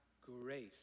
grace